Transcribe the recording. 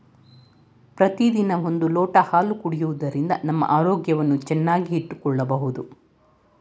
ಪ್ರತಿದಿನ ಒಂದು ಲೋಟ ಹಾಲು ಕುಡಿಯುವುದರಿಂದ ನಮ್ಮ ಆರೋಗ್ಯವನ್ನು ಚೆನ್ನಾಗಿ ಇಟ್ಟುಕೊಳ್ಳಬೋದು